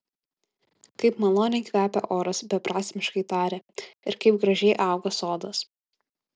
kaip maloniai kvepia oras beprasmiškai tarė ir kaip gražiai auga sodas